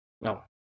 No